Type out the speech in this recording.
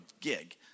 gig